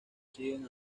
siguen